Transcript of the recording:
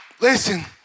Listen